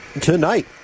tonight